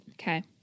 Okay